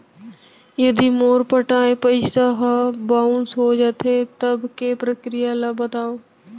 यदि मोर पटाय पइसा ह बाउंस हो जाथे, तब के प्रक्रिया ला बतावव